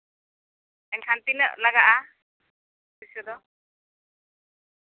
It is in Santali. ᱢᱮᱱᱠᱷᱟᱱ ᱛᱤᱱᱟᱹᱜ ᱞᱟᱜᱟᱜᱼᱟ ᱯᱩᱭᱥᱟᱹ ᱫᱚ